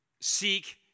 seek